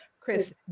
Chris